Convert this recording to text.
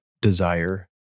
desire